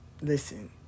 listen